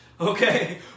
Okay